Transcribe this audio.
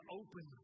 open